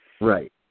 Right